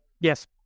Yes